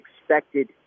expected